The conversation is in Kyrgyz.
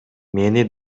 мени